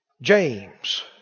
James